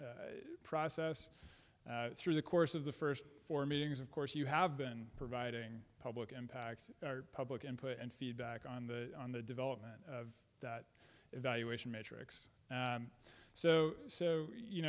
process through the course of the first four meetings of course you have been providing public impact public input and feedback on the on the development of that evaluation metrics and so so you